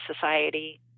society